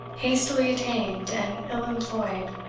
hastily attained and ill employed,